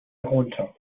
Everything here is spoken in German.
herunter